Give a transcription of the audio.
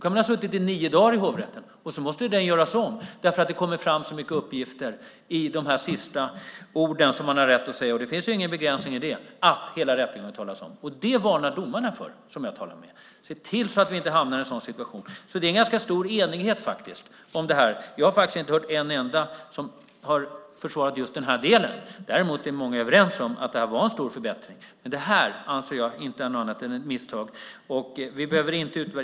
Man kan ha suttit i hovrätten i nio dagar och så måste det hela göras om därför att det kommer fram så många uppgifter i de sista ord som man har rätt att säga. Det finns ingen begränsning i det. Det varnar domarna för. Se till att vi inte hamnar i en sådan situation. Det är ganska stor enighet om detta. Jag har faktiskt inte hört en enda som har försvarat just den här delen. Däremot är många överens om att det här är en stor förbättring. Men det här anser jag inte vara något annat än ett misstag. Vi behöver inte utvärdera det.